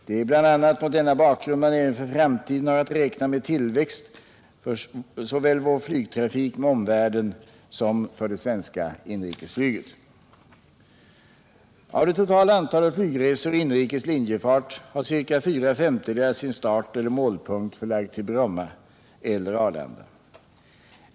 Det är bl.a. mot denna bakgrund man även för framtiden har att räkna med tillväxt för såväl vår flygtrafik med omvärlden som för det svenska inrikesflyget. Av det totala antalet flygresor i inrikes linjefart har ca fyra femtedelar sin starteller målpunkt förlagd till Bromma eller Arlanda.